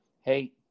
Hey